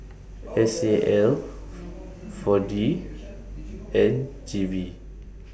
S A L four D and G V